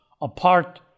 apart